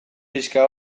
pixka